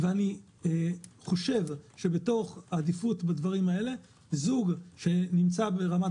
אני חושב שבתוך העדיפות בדברים האלה זוג שנמצא ברמת